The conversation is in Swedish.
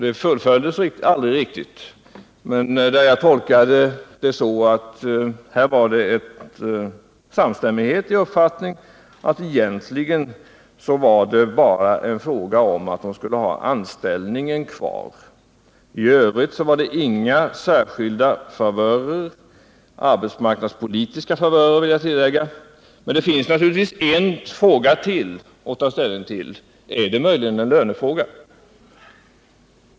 Det fullföljdes aldrig riktigt, men jag tolkade det som en samstämmighet i uppfattningen att det egentligen bara var en fråga om att ha anställningen kvar. I övrigt var det inga särskilda arbetsmarknadspolitiska favörer. Men det finns naturligtvis en fråga till att ställa: Är det möjligen en lönefråga?